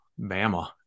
Bama